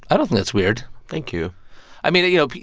i don't think that's weird thank you i mean, you know,